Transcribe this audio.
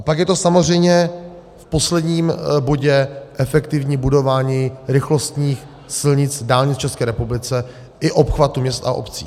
A pak je to samozřejmě v posledním bodě efektivní budování rychlostních silnic a dálnic v České republice i obchvatů měst a obcí.